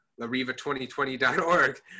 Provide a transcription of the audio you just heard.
lariva2020.org